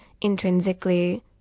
intrinsically